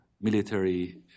military